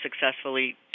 successfully